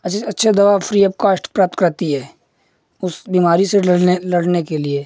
अच्छे से अच्छे दवा फ्री ऑफ कोस्ट प्राप्त कराती है उस बीमारी से लड़ने लड़ने के लिए